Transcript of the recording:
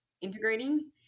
integrating